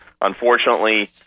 unfortunately